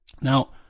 Now